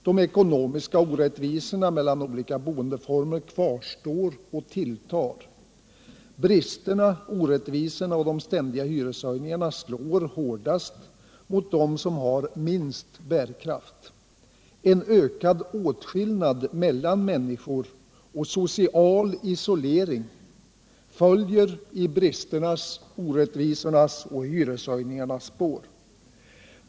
De ekonomiska orättvisorna mellan olika boendeformer kvarstår och tilltar. Bristerna, orättvisorna och de ständiga hyreshöjningarna slår hårdast mot dem som har minst bärkraft. En ökad åtskillnad mellan människor och social isolering följer i bristernas, orättvisornas och hyreshöjningarnas spår.